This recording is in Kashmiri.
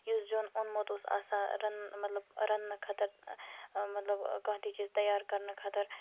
یُس زِیُن اوٚنمُت اوس آسان رَننہٕ مطلب رَننہٕ خٲطرٕ مطلب کانٛہہ تہِ چیز تیار کَرنہٕ خٲطرٕ